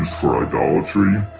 for idolatry,